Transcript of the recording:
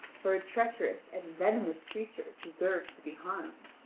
for a treacherous and venomous creature deserves to be harmed.